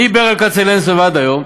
מברל כצנלסון ועד היום,